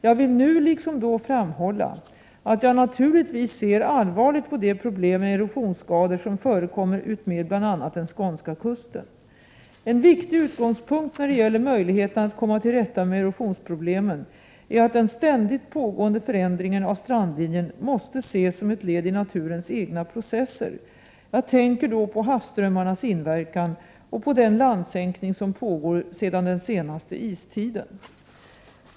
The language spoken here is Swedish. Jag vill nu liksom då framhålla att jag naturligtvis ser allvarligt på de problem med erosionsskador som förekommer utmed bl.a. den skånska kusten. En viktig utgångspunkt när det gäller möjligheterna att komma till rätta med erosionsproblemen är att den ständigt pågående förändringen av strandlinjen måste ses som ett led i naturens egna processer. Jag tänker då på havsströmmarnas inverkan och på den landsänkning som pågår sedan den senaste istiden.